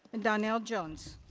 and donell jones.